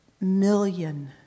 million